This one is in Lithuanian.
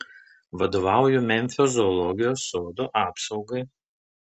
vadovauju memfio zoologijos sodo apsaugai